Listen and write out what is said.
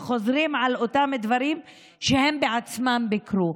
וחוזרים על אותם דברים שהם בעצמם ביקרו.